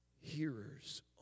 hearers